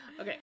Okay